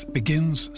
begins